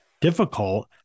difficult